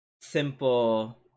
simple